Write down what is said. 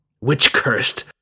Witch-cursed